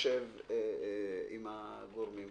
תיפגש עם הגורמים.